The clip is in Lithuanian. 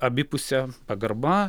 abipusė pagarba